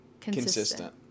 consistent